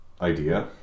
idea